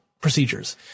procedures